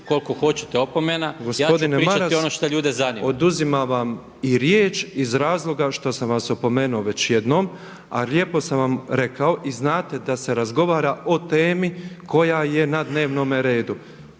koliko hoćete opomena, ja ću pričati ono što ljude zanima.